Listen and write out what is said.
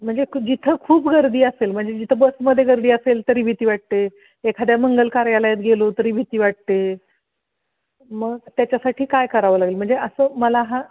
म्हणजे क जिथं खूप गर्दी असेल म्हणजे जिथं बसमध्ये गर्दी असेल तरी भीती वाटते एखाद्या मंगल कार्यालयात गेलो तरी भीती वाटते मग त्याच्यासाठी काय करावं लागेल म्हणजे असं मला हा